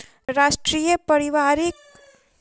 राष्ट्रीय परिवारिक लाभ हेतु पात्रता की छैक